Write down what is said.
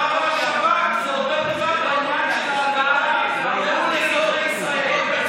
והשב"כ זה אותו דבר בעניין של העבודה מול אזרחי ישראל.